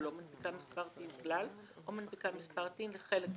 או לא מנפיקה מספר TIN כלל או מנפיקה מספר TIN לחלק מתושביה,